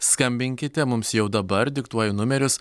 skambinkite mums jau dabar diktuoju numerius